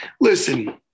Listen